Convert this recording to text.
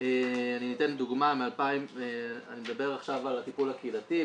אני אתן דוגמה אני מדבר עכשיו על הטיפול הקהילתי.